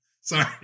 sorry